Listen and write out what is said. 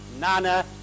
Nana